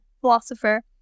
philosopher